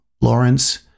Lawrence